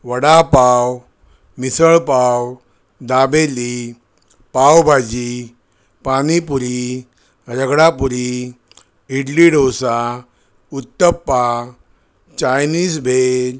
vada pav misal pav dabeli pav bhaji pani puri ragda puri idli dosa uttapam Chinese भेळ